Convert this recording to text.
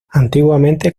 antiguamente